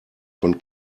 von